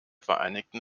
vereinigten